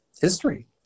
history